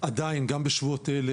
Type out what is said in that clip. סגן אלוף קמינסקי, עדיין, גם בשבועות אלה,